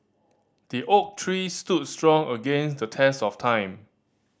the oak tree stood strong against the test of time